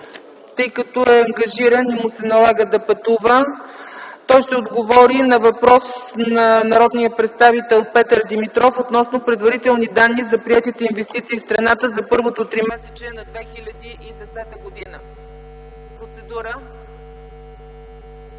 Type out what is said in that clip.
тъй като е ангажиран и му се налага да пътува. Той ще отговори на въпрос на народния представител Петър Димитров относно предварителни данни за приетите инвестиции в страната за първото тримесечие на 2010 г. Процедура.